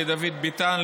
לדוד ביטן,